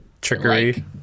trickery